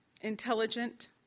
intelligent